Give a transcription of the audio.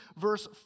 verse